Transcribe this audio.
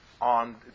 on